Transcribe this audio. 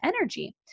energy